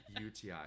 UTI